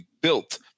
built